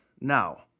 now